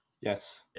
Yes